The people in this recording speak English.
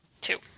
two